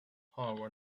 however